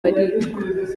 baricwa